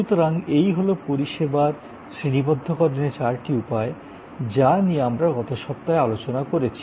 সুতরাং এই হল পরিষেবার শ্রেণিবদ্ধকরণের চারটি উপায় যা নিয়ে আমরা গত সপ্তাহে আলোচনা করেছি